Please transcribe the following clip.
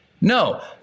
No